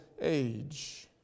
age